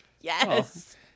Yes